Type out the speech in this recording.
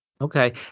Okay